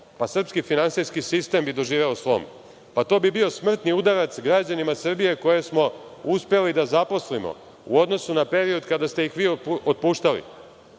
srpski finansijski sistem bi doživeo slom. To bi bio smrtni udarac građanima Srbije koje smo uspeli da zaposlimo u odnosu na period kada ste ih vi otpuštali.